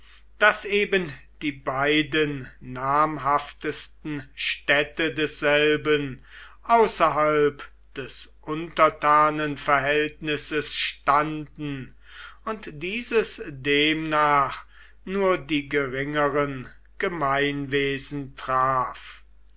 daß eben die beiden namhaftesten städte desselben außerhalb des untertanenverhältnisses standen und dieses demnach nur die geringeren gemeinwesen traf